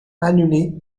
annulé